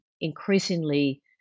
increasingly